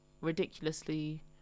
ridiculously